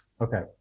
okay